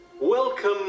Welcome